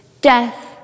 death